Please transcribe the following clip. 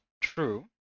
true